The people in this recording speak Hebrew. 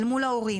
אל מול ההורים,